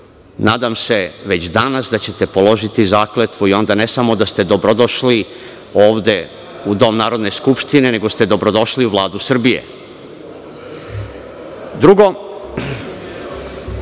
nadam se već danas da ćete položiti zakletvu i onda ne samo da ste dobrodošli ovde u Dom Narodne skupštine, nego ste dobrodošli u Vladu Srbije.